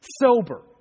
sober